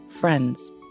friends